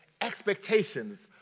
expectations